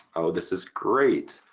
oh this is great,